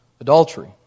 adultery